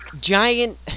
giant